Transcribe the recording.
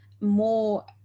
more